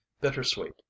bittersweet